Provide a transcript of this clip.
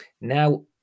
Now